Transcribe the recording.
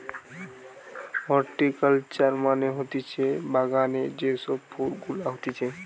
horticulture মানে হতিছে বাগানে যে সব ফুল গুলা হতিছে